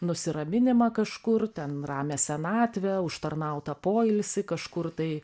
nusiraminimą kažkur ten ramią senatvę užtarnautą poilsį kažkur tai